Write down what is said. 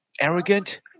arrogant